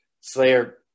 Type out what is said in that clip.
Slayer –